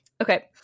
Okay